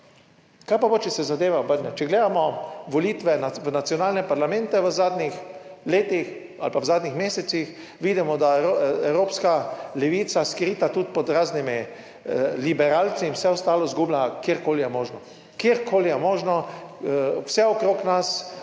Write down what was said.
Kaj pa bo, če se zadeva obrne? Če gledamo volitve v nacionalne parlamente v zadnjih letih ali pa v zadnjih mesecih, vidimo, da je Evropska levica skrita tudi pod raznimi liberalci in vse ostalo izgublja kjerkoli je možno, kjerkoli je možno, vse okrog nas,